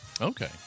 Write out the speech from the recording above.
Okay